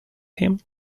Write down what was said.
him